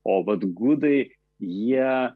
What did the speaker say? o vat gudai jie